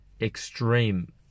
extreme